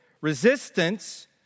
Resistance